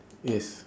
yes